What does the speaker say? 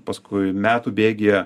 paskui metų bėgyje